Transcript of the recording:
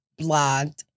blogged